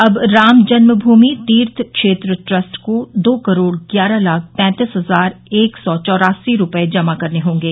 अब राम जन्म भूमि तीर्थ क्षेत्र ट्रस्ट को दो करोड़ ग्यारह लाख तैंतीस हजार एक सौ चौरासी रूपये जमा करने होंगे